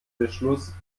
beschluss